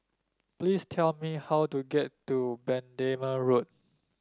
please tell me how to get to Bendemeer Road